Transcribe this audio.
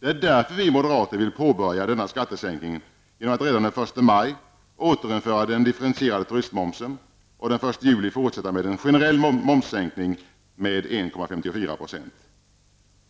Det är därför vi moderater vill påbörja denna skattesänkning genom att redan den 1 maj återinföra den differentierade turistmomsen och den 1 juli fortsätta med en generell momssänkning med 1,54 %.